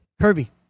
Kirby